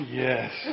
yes